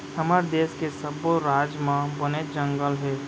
हमर देस के सब्बो राज म बनेच जंगल हे